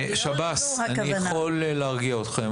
שירות בתי הסוהר, אני יכול להרגיע אתכם.